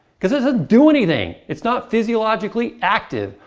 because it doesn't do anything! it's not physiologically active.